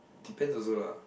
depends also lah